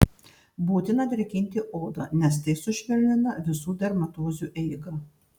būtina drėkinti odą nes tai sušvelnina visų dermatozių eigą